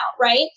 right